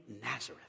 Nazareth